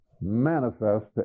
manifest